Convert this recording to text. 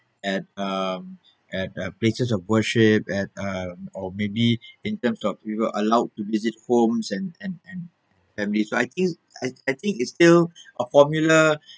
at um at uh places of worship at uh or maybe in terms of we were allowed to visit homes and and and family so I think I I think it's still a formula